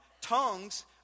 tongues